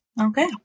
Okay